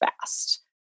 fast